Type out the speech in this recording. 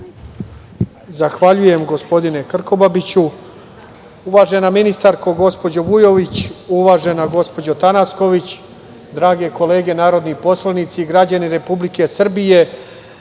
Zahvaljujem gospodine Krkobabiću. Uvažena ministarko, gospođo Vujović, uvažena gospođo Tanasković, drage kolege narodni poslanici, građani Republike Srbije. Danas